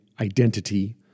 identity